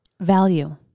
Value